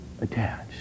attached